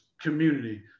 community